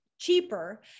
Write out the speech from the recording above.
cheaper